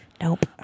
Nope